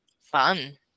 Fun